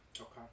okay